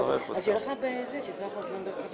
יכול להיות שאת הקנטור דווקא צריך להציב בסוף.